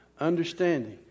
Understanding